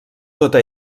tota